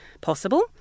possible